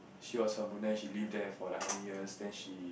she was from Brunei she lived there for like how many years then she